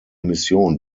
mission